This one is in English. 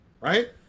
Right